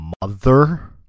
mother